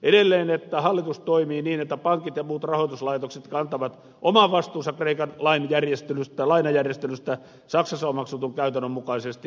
edelleen että hallitus toimii niin että pankit ja muut rahoituslaitokset kantavat oman vastuunsa kreikan lainajärjestelystä saksassa omaksutun käytännön mukaisesti